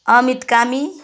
Amit Kami